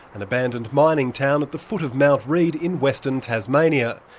an abandoned mining town at the foot of mount reid in western tasmania.